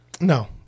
No